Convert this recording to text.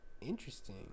Interesting